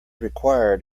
required